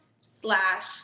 slash